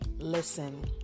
listen